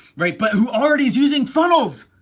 right? but who already is using funnels,